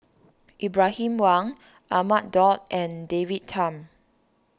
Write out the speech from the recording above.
Ibrahim Awang Ahmad Daud and David Tham